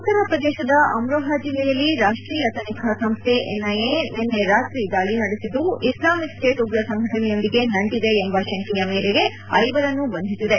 ಉತ್ತರ ಪ್ರದೇಶದ ಅಮ್ರೋಹ ಜಿಲ್ಲೆಯಲ್ಲಿ ರಾಷ್ಟೀಯ ತನಿಖಾ ಸಂಸ್ಡೆ ಎನ್ಐಎ ನಿನ್ನೆ ರಾತ್ರಿ ದಾಳಿ ನಡೆಸಿದ್ದು ಇಸ್ಲಾಮಿಕ್ ಸ್ವೇಟ್ ಉಗ್ರ ಸಂಘಟನೆಯೊಂದಿಗೆ ನಂಟಿದೆ ಎಂಬ ಶಂಕೆಯ ಮೇಲೆ ಐವರನ್ನು ಬಂಧಿಸಿದೆ